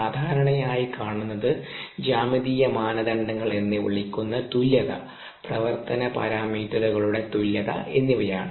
സാധാരണയായി കാണുന്നത് ജ്യാമിതീയ മാനദണ്ഡങ്ങൾ എന്നു വിളിക്കുന്ന തുല്യത പ്രവർത്തന പാരാമീറ്ററുകളുടെ തുല്യത എന്നിവയാണ്